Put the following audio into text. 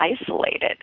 isolated